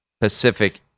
pacific